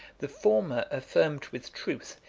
the former affirmed with truth,